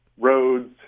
roads